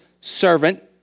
servant